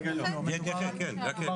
נכה?